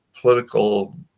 political